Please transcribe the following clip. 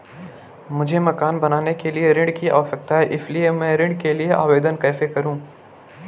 मुझे मकान बनाने के लिए ऋण की आवश्यकता है इसलिए मैं ऋण के लिए आवेदन कैसे करूं?